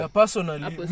personally